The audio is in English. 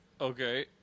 Okay